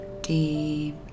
deep